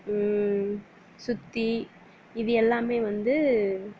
சுத்தி இது எல்லாம் வந்து